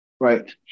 right